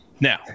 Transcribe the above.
Now